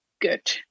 good